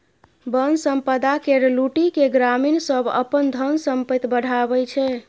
बन संपदा केर लुटि केँ ग्रामीण सब अपन धन संपैत बढ़ाबै छै